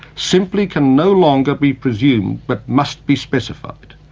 simply can no longer be presumed but must be specified.